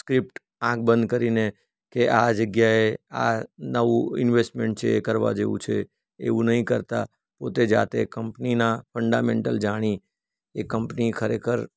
ક્રીપટ આંખ બંધ કરીને કે આ જગ્યાએ આ નવું ઇન્વેસ્ટમેન્ટ છે એ કરવા જેવું છે એવું નહીં કરતા પોતે જાતે કંપનીના ફંડામેન્ટલ જાણી એ કંપની ખરેખર